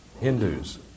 Hindus